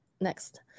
next